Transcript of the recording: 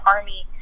Army